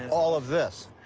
all of this?